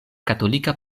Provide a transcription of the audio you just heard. katolika